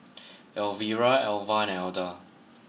Elvira Elva and Elda